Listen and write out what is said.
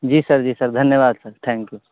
जी sir जी sir धन्यवाद sir thank U